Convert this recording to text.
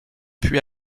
puis